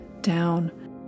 down